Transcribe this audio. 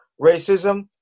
racism